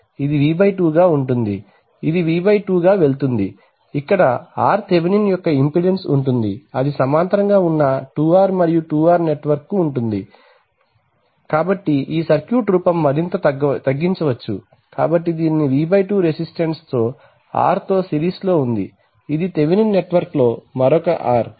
అది V 2 గా ఉంటుంది కాబట్టి ఇది V 2 గా వెళుతుంది ఇక్కడ R థెవెనిన్ యొక్క ఇంపెడెన్స్ ఉంటుంది అది సమాంతరం గా ఉన్న 2R మరియు 2R నెట్వర్క్ కు ఉంటుంది ఇది కాబట్టి ఈ సర్క్యూట్ రూపం మరింత తగ్గించవచ్చు కాబట్టి దీనిని V 2 రెసిస్టన్స్ R తో సిరీస్లో ఉంది ఇది థెవెనిన్ నెట్వర్క్లో మరొక R